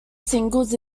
singles